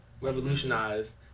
revolutionized